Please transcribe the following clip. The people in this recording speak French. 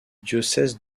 diocèse